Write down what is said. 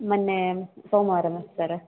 ಮೊನ್ನೆ ಸೋಮವಾರ ಸರ